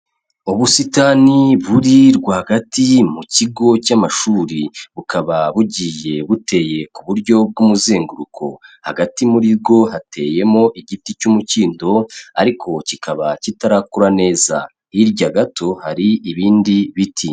Ubusitani buri rwagati mu kigo cy'amashuri, bukaba bugiye buteye ku buryo bw'umuzenguruko, hagati muri bwo hateyemo igiti cy'umukindo ariko kikaba kitarakura neza, hirya gato hari ibindi biti.